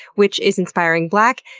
which is inspiring black,